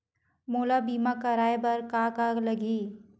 मोला बीमा कराये बर का का लगही?